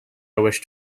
wished